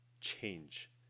change